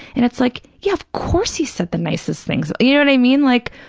and it's like, yeah, of course he said the nicest things, you know what i mean? like,